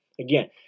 Again